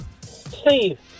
steve